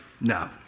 no